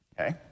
okay